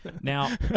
Now